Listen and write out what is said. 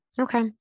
Okay